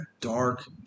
dark